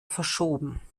verschoben